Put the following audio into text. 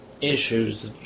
issues